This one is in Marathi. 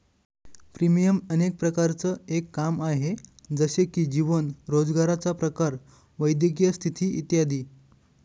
प्रीमियम अनेक प्रकारांचं एक काम आहे, जसे की जीवन, रोजगाराचा प्रकार, वैद्यकीय स्थिती इत्यादी